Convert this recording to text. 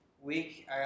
week